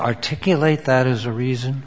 articulate that as a reason